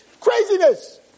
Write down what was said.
Craziness